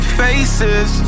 faces